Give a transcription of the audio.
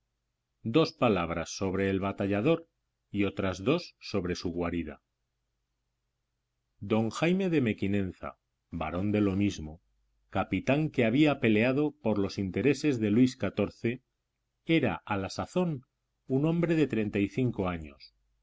dos palabras sobre el batallador y otras dos sobre su guarida don jaime de mequinenza barón de lo mismo capitán que había peleado por los intereses de luis xiv era a la sazón un hombre de treinta y cinco años